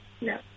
No